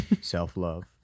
self-love